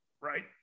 Right